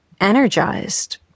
energized